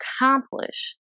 accomplish